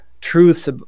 truths